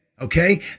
okay